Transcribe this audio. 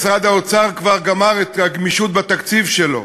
משרד האוצר כבר גמר את הגמישות בתקציב שלו,